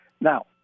Now